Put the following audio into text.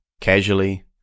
casually